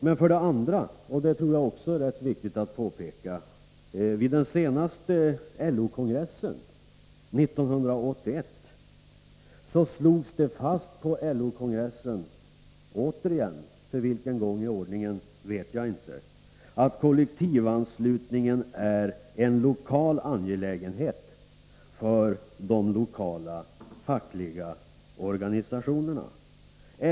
Men jag tror också att det är rätt viktigt att påpeka att det vid den senaste LO-kongressen år 1981 slogs fast återigen — för vilken gång i ordningen vet jag inte — att kollektivanslutningen är en lokal angelägenhet för de lokala fackliga organisationerna.